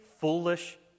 foolish